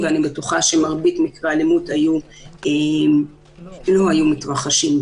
ואני בטוחה שמרבית מקרי האלימות לא היו מתרחשים.